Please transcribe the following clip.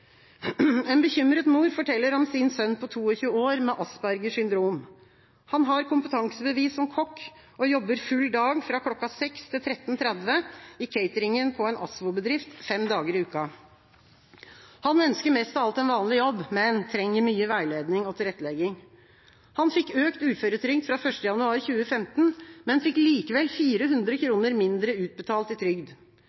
En bekymret mor forteller om sin sønn på 22 år, med Aspergers syndrom. Han har kompetansebevis som kokk og jobber full dag fra kl. 06.00 til kl. 13.30 i cateringen på en ASVO-bedrift fem dager i uka. Han ønsker mest av alt en vanlig jobb, men trenger mye veiledning og tilrettelegging. Han fikk økt uføretrygd fra 1. januar 2015, men fikk likevel 400 kr mindre utbetalt i trygd.